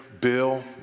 Bill